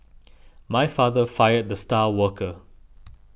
my father fired the star worker